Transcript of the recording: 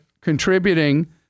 contributing